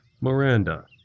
Miranda